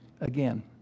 again